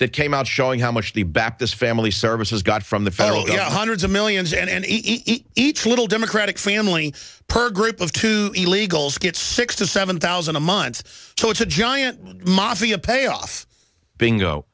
that came out showing how much the baptists family services got from the federal gov't hundreds of millions and each little democratic family per group of two illegals gets six to seven thousand a month so it's a giant mafia payoff bingo